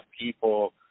people